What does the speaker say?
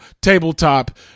tabletop